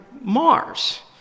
Mars